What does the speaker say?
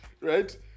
right